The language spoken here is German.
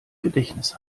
gedächtnis